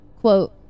Quote